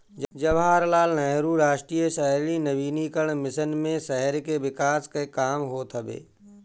जवाहरलाल नेहरू राष्ट्रीय शहरी नवीनीकरण मिशन मे शहर के विकास कअ काम होत हवे